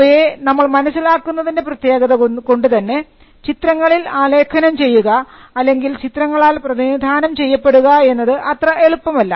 അവയെ നമ്മൾ മനസ്സിലാക്കുന്നതിൻറെ പ്രത്യേകത കൊണ്ട് തന്നെ ചിത്രങ്ങളിൽ ആലേഖനം ചെയ്യുക അല്ലെങ്കിൽ ചിത്രങ്ങളാൽ പ്രതിനിധാനം ചെയ്യപ്പെടുക എന്നത് അത്ര എളുപ്പമല്ല